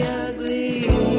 ugly